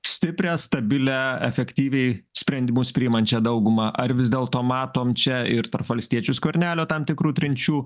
stiprią stabilią efektyviai sprendimus priimančią daugumą ar vis dėlto matom čia ir tarp valstiečių ir skvernelio tam tikrų trinčių